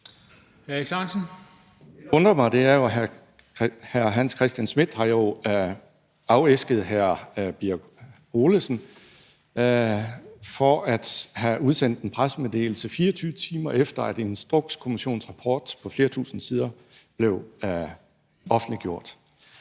der undrer mig, er, at hr. Hans Christian Schmidt jo har afæsket hr. Ole Birk Olesen et svar på at have udsendt en pressemeddelelse, 24 timer efter at Instrukskommissionens rapport på flere tusind sider blev offentliggjort.